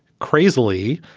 crazily,